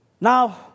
now